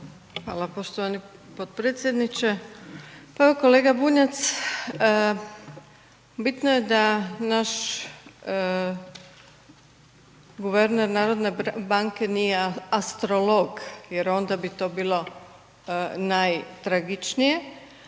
Hvala poštovani potpredsjedniče. Pa evo kolega Bunjac, bitno je da naš guverner HNB-a nije astrolog jer onda bi to bilo najtragičnije,